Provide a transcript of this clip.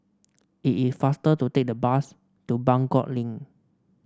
it is faster to take the bus to Buangkok Link